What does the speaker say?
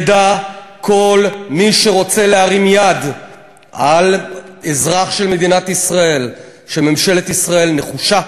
ידע כל מי שרוצה להרים יד על אזרח של מדינת ישראל שממשלת ישראל נחושה,